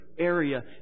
area